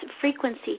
frequency